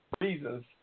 reasons